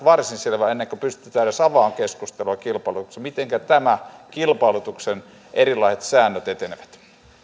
varsin selvät ennen kuin pystytään edes avaamaan keskustelua kilpailutuksesta mitenkä nämä kilpailutuksen erilaiset säännöt etenevät